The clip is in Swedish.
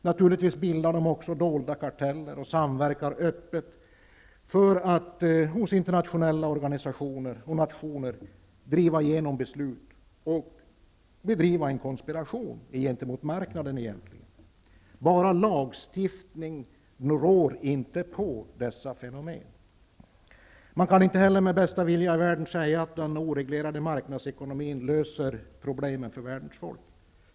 Naturligtvis bildar de också dolda karteller och samverkar öppet för att hos internationella organisationer och nationer driva igenom beslut och egentligen konspirera mot marknaden. Enbart lagstiftning rår inte på dessa fenomen. Man kan inte heller med bästa vilja i världen säga att den oreglerade marknadsekonomin löser alla problem för världens folk.